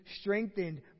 strengthened